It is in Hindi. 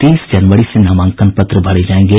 तीस जनवरी से नामांकन पत्र भरे जायेंगे